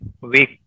weak